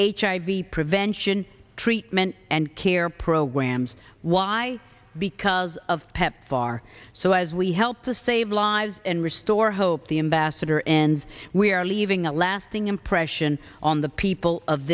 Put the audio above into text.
hiv prevention treatment and care programs why because of pepfar so as we help to save lives and restore hope the ambassador and we are leaving a lasting impression on the people of